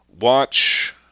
watch